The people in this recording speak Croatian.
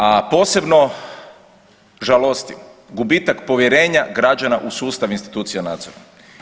A posebno žalosti gubitak povjerenja građana u sustav institucija nadzora.